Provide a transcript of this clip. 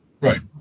right